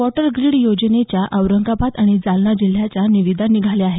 water grid योजनेच्या औरंगाबाद आणि जालना जिल्ह्याच्या निविदा निघाल्या आहेत